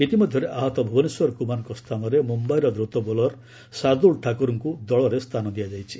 ଇତିମଧ୍ୟରେ ଆହତ ଭୁବନେଶ୍ୱର କୁମାରଙ୍କ ସ୍ଥାନରେ ମୁମ୍ୟାଇର ଦ୍ରୁତ ବୋଲର ସାର୍ଦ୍ଦୁଲ ଠାକୁରଙ୍କୁ ଦଳରେ ସ୍ଥାନ ଦିଆଯାଇଛି